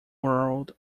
world